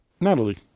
Natalie